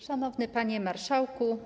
Szanowny Panie Marszałku!